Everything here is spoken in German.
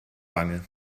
wange